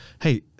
hey